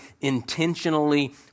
intentionally